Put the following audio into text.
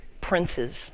princes